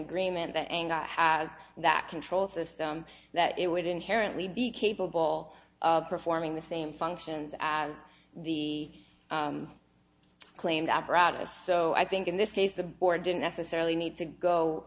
agreement that anger has that control system that it would inherently be capable of performing the same functions as the claimed apparatus so i think in this case the board didn't necessarily need to go